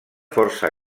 força